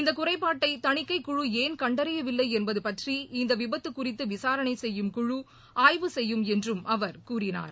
இந்தகுறைபாட்டைதணிக்கைக் என் கண்டறியவில்லைஎன்பதுபற்றி முழ இந்தவிபத்துகுறித்துவிசாரணைசெய்யும் குழு ஆய்வு செய்யும் என்றும் அவர் கூறினார்